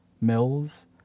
mills